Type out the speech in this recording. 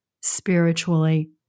spiritually